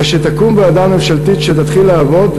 זה שתקום ועדה ממשלתית שתתחיל לעבוד,